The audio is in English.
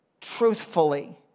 truthfully